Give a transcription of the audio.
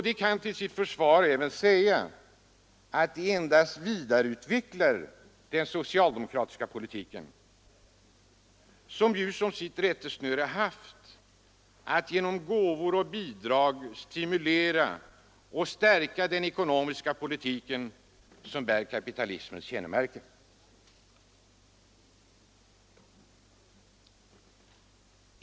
De kan till sitt försvar även säga att de endast vidareutvecklar den socialdemokratiska politiken, som ju som sitt rättesnöre haft att genom gåvor och bidrag stimulera och stärka den ekonomiska politik som är kapitalismens kännemärke.